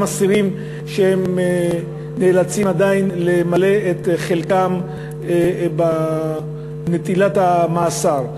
אסירים שנאלצים עדיין למלא את חלקם בנטילת המאסר.